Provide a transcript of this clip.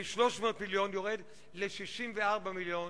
מ-300 מיליון התקציב יורד ל-64 מיליון,